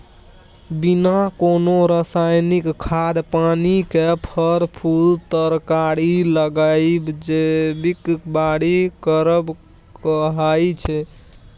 बिना कोनो रासायनिक खाद पानि केर फर, फुल तरकारी लगाएब जैबिक बारी करब कहाइ छै